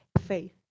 faith